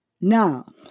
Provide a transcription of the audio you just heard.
Now